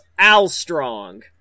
Alstrong